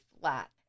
flat